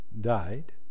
died